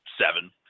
seven